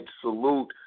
salute